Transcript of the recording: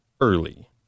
early